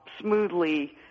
smoothly